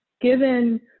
given